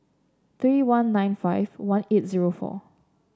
three one nine five one eight zero four